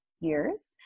years